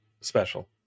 special